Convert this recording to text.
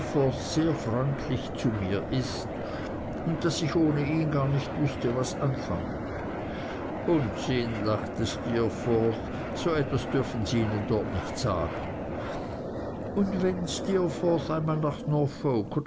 sehr freundlich zu mir ist und daß ich ohne ihn gar nicht wüßte was anfangen unsinn lachte steerforth so etwas dürfen sie ihnen dort nicht sagen und wenn mr steerforth einmal nach